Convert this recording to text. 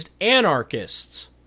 anarchists